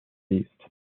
east